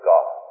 God